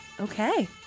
Okay